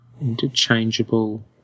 Interchangeable